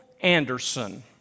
Anderson